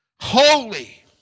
holy